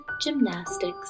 gymnastics